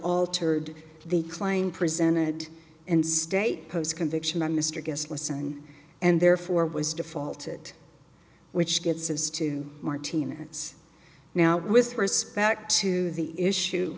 altered the claim presented and state post conviction by mr guess listen and therefore was default it which gets us to martinez now with respect to the issue